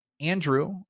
andrew